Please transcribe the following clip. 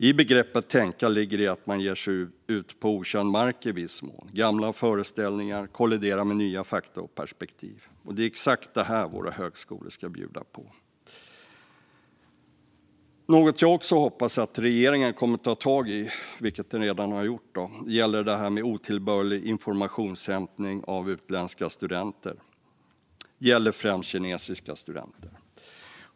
I begreppet tänka ligger att man ger sig ut på okänd mark i viss mån. Gamla föreställningar kolliderar med nya fakta och perspektiv. Det är exakt detta som våra högskolor ska bjuda på. Något som jag hoppas att regeringen kommer att ta tag i, vilket den redan har gjort, gäller otillbörlig informationshämtning från utländska studenter. Det gäller främst kinesiska studenter.